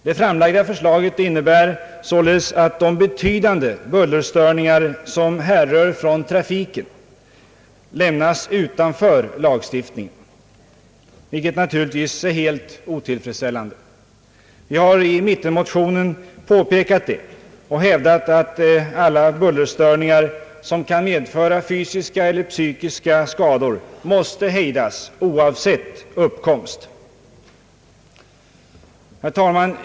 Det framlagda förslaget innebär således att de betydande bullerstörningar som härrör från trafiken lämnas utanför lagstiftningen, vilket naturligtvis är helt otillfredsställande. Vi har i mittenmotionen påpekat detta och hävdat att alla bullerstörningar som kan medföra fysiska eller psykiska skador måste hejdas oavsett hur de uppkommer. Herr talman!